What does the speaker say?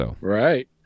Right